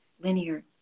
linear